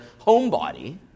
homebody